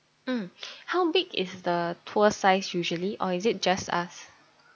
mm how big is the tour size usually or is it just us